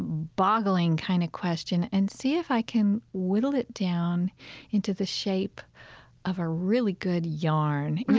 boggling kind of question and see if i can whittle it down into the shape of a really good yarn. you know,